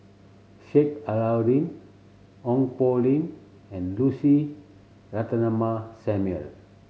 Sheik Alau'ddin Ong Poh Lim and Lucy Ratnammah Samuel